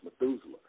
Methuselah